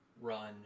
run